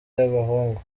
y’abahungu